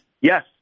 Yes